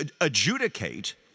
adjudicate